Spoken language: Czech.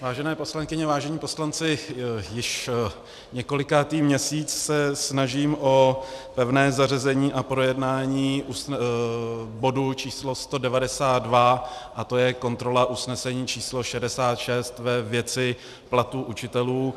Vážené poslankyně, vážení poslanci, již několikátý měsíc se snažím o pevné zařazení a projednání bodu číslo 192 a to je kontrola usnesení číslo 66 ve věci platu učitelů.